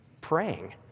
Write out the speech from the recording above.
praying